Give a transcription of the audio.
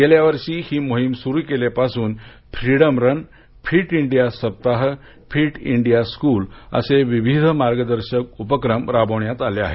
गेल्या वर्षी ही मोहीम सुरू केल्यापासून फ्रीडम रन फिट इंडिया सप्ताह फिट इंडिया स्कूल असे विविध मार्गदर्शक उपक्रम राबवण्यात आले आहेत